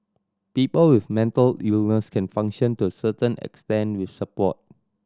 people with mental illness can function to certain extent with support